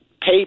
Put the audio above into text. pay